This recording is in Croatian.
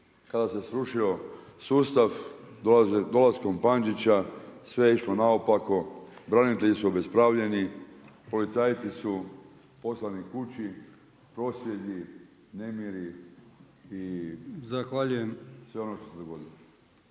kada se srušio sustav, dolaskom Pandžića sve je išlo naopako, branitelji su obespravljeni, policajci su poslani kući, prosvjedi, nemiri i sve ono što se dogodilo.